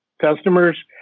Customers